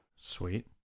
sweet